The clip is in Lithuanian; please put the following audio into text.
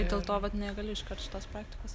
ir dėl to vat negali iškart šitos praktikos